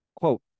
Quote